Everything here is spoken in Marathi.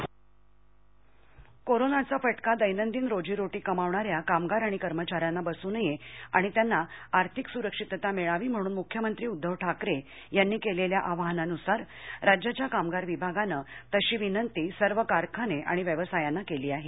मुख्यमंत्री कोरोनाचा फटका दैनंदिन रोजीरोटी कमावणाऱ्या कामगार आणि कर्मचाऱ्यांना बसू नये आणि त्यांना आर्थिक सुरक्षितता मिळावी म्हणून मुख्यमंत्री उद्दव ठाकरे यांनी केलेल्या आवाहनानुसारराज्याच्या कामगार विभागानं तशी विनंती सर्व कारखाने आणि व्यवसायांना केली आहे